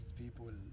people